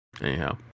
Anyhow